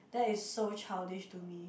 that is so childish to me